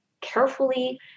carefully